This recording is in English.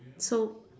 so